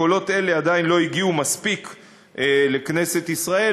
קולות אלה עדיין לא הגיעו מספיק לכנסת ישראל,